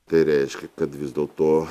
tai reiškia kad vis dėlto